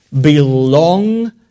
belong